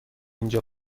اینجا